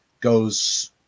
goes